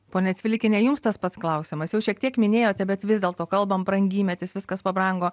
ponia cvilikiene jums tas pats klausimas jau šiek tiek minėjote bet vis dėlto kalbam brangymetis viskas pabrango